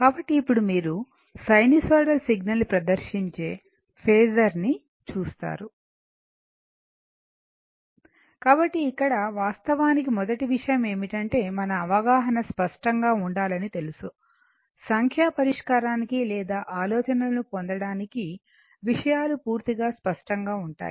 కాబట్టి ఇప్పుడు మీరు సైనుసోయిడల్ సిగ్నల్ ని ప్రదర్శించే ఫేసర్ ని చూస్తారు కాబట్టి ఇక్కడ వాస్తవానికి మొదటి విషయం ఏమిటంటే మన అవగాహన స్పష్టంగా ఉండాలని తెలుసు సంఖ్యా పరిష్కారానికి లేదా ఆలోచనలను పొందడానికి విషయాలు పూర్తిగా స్పష్టంగా ఉంటాయి